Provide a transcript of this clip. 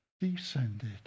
descended